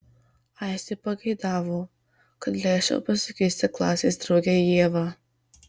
aistė pageidavo kad leisčiau pasikviesti klasės draugę ievą